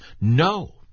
no